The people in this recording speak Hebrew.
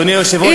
אדוני היושב-ראש,